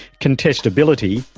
contestability,